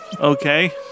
Okay